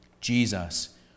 Jesus